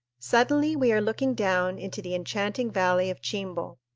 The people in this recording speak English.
suddenly we are looking down into the enchanting valley of chimbo.